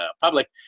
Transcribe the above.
public